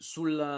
Sul